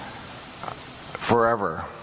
forever